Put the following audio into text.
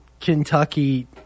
Kentucky –